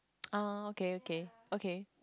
oh okay okay okay